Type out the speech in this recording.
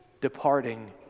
departing